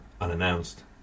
unannounced